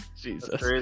Jesus